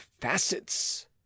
facets